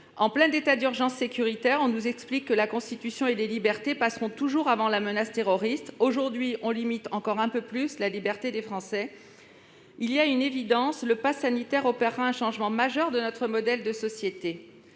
En plein état d'urgence sécuritaire, on nous explique que la Constitution et les libertés passeront toujours avant la menace terroriste. Aujourd'hui, on limite encore un peu plus la liberté des Français. C'est une évidence : le passe sanitaire opérera un changement majeur de notre modèle de société.